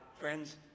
Friends